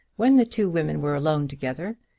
when the two women were alone together,